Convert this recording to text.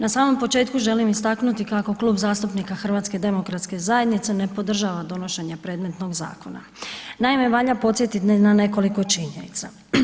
Na samom početku želim istaknuti kako Klub zastupnika HDZ-a ne podržava donošenje predmetnog zakona. naime, valja podsjetiti na nekoliko činjenica.